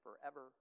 forever